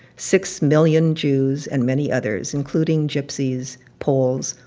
six million jews and many others, including gypsies, poles,